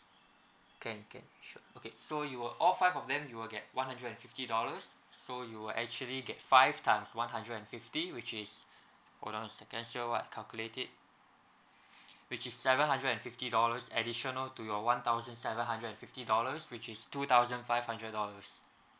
can can sure okay so you will all five of them you will get one hundred and fifty dollars so you'll actually get five times one hundred and fifty which is hold on a second sir while I calculate it which is seven hundred and fifty dollars additional to your one thousand seven hundred and fifty dollars which is two thousand five hundred dollars